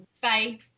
Bye